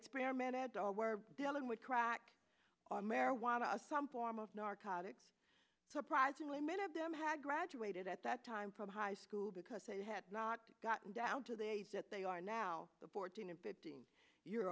experimented or were dealing with crack on marijuana some form of narcotics surprisingly many of them had graduated at that time from high school because they had not gotten down to the age that they are now the fourteen and fifteen year